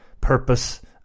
purpose